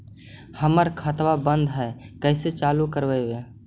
हमर खतवा बंद है कैसे चालु करवाई?